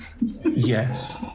Yes